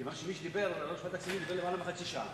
מכיוון שיושב-ראש ועדת הכספים דיבר יותר מחצי שעה.